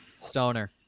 Stoner